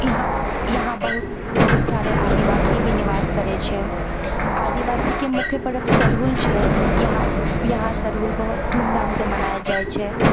यहाँ यहाँ बहुत बहुत सारे आदिवासी भी निवास करै छै आदिवासीके मुख्य पर्व सरहुल छै यहाँ यहाँ सरहुल बहुत धूम धामसँ मनायल जाइ छै